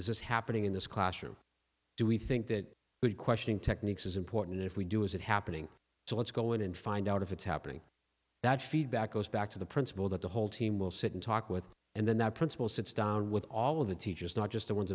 this is happening in this classroom do we think that good question techniques is important if we do is it happening so let's go in and find out if it's happening that feedback goes back to the principal that the whole team will sit and talk with and then that principal sits down with all of the teachers not just the ones